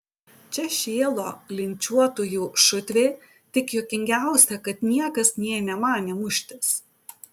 čia šėlo linčiuotojų šutvė tik juokingiausia kad niekas nė nemanė muštis